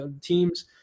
teams